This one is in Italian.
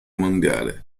mondiale